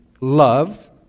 love